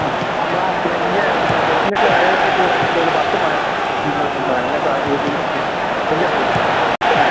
ആ ആ മുഴം പിന്നെ എന്താ പെണ്ണുങ്ങൾക്ക് തലയിലൊക്കെ ചൂടാനായിട്ടൊരു പത്ത് മുഴം ഇന്ന് വേണം കേട്ടോ ഈ മുല്ലപ്പൂ മുല്ലപ്പൂ ആ